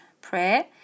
prayer